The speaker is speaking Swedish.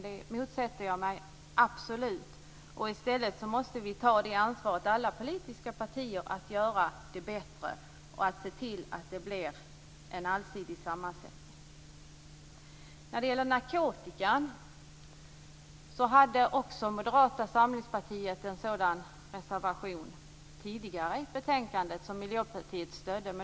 Det motsätter jag mig absolut. I stället måste alla politiska partier ta ansvar för att göra det bättre och se till att det blir en allsidig sammansättning. När det gäller narkotika hade Moderata samlingspartiet tidigare en reservation i ett betänkande som Miljöpartiet stödde.